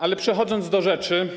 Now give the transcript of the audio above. Ale przechodząc do rzeczy.